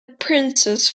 princess